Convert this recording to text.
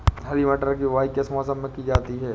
हरी मटर की बुवाई किस मौसम में की जाती है?